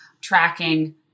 tracking